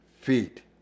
feet